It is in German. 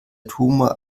tumor